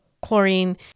chlorine